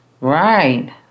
Right